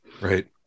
Right